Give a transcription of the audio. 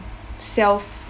self